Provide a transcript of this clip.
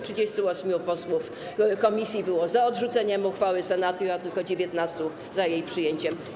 38 posłów komisji było za odrzuceniem uchwały Senatu, a tylko 19 było za jej przyjęciem.